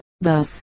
thus